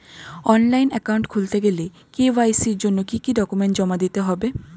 Online account খুলতে গেলে KYC জন্য কি কি ডকুমেন্ট জমা দিতে হবে?